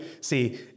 See